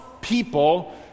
people